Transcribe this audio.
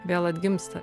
vėl atgimsta